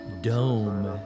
Dome